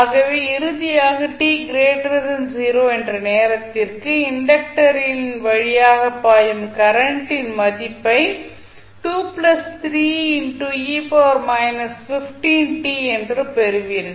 ஆகவே இறுதியாக t 0 என்ற நேரத்திற்கு இண்டக்டரின் வழியாக பாயும் கரண்ட் ன் மதிப்பை என்று பெறுவீர்கள்